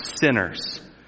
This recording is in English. sinners